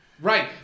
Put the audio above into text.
Right